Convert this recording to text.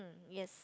yes